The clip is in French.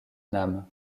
nam